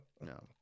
no